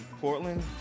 Portland